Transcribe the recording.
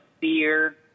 fear